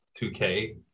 2K